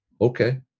Okay